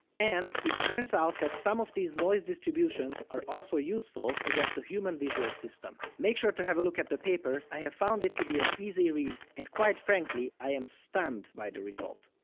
and it turns out that some of these noise distributions are also useful against the human visual system. make sure to have a look at the paper, i have found it to be an easy read, and quite frankly i am stunned by the result.